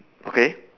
okay